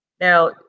Now